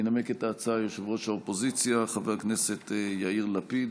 ינמק את ההצעה יושב-ראש האופוזיציה חבר הכנסת יאיר לפיד,